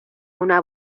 una